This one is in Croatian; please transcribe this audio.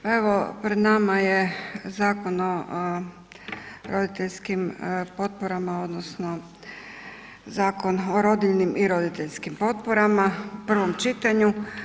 Pa evo pred nama je zakon o roditeljskim potporama odnosno Zakon o rodiljnim i roditeljskim potporama u prvom čitanju.